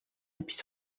depuis